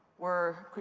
we're.